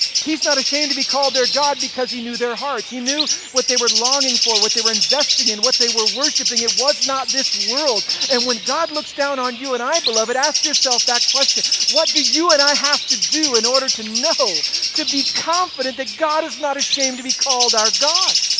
he's not ashamed to be called their god because he knew their hearts. he knew what they were longing for, what they were investing in, what they were worshiping. it was not this world, and when god looks down on you and i beloved ask yourself that question. what do you and i have to do in order to know to be confident that god is not ashamed to be called our god?